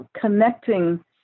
connecting